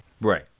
right